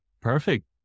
Perfect